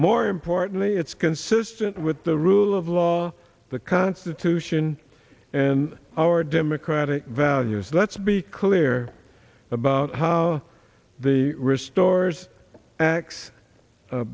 more importantly it's consistent with the rule of law the constitution and our democratic val yes let's be clear about how the restores